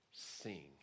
Sing